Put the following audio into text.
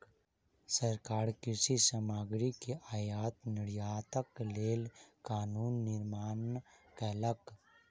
सरकार कृषि सामग्री के आयात निर्यातक लेल कानून निर्माण कयलक